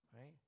right